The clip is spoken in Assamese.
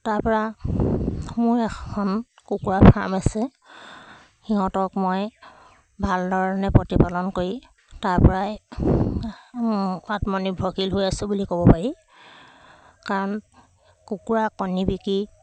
তাৰ পৰা মোৰ এখন কুকুৰা ফাৰ্ম আছে সিহঁতক মই ভাল ধৰণে প্ৰতিপালন কৰি তাৰ পৰাই আত্মনিৰ্ভৰশীল হৈ আছোঁ বুলি ক'ব পাৰি কাৰণ কুকুৰা কণী বিকি